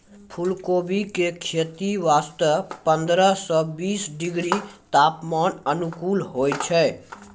फुलकोबी के खेती वास्तॅ पंद्रह सॅ बीस डिग्री तापमान अनुकूल होय छै